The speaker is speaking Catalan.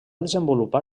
desenvolupar